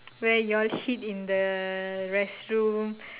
where y'all hid in the restroom